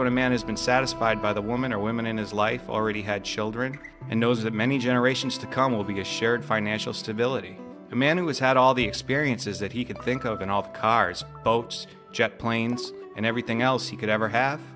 when a man has been satisfied by the woman or women in his life already had children and knows that many generations to come will be a shared financial stability a man who has had all the experiences that he could think of and off cars boats jet planes and everything else he could ever have